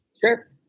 sure